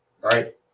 right